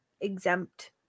exempt